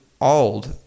old